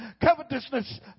covetousness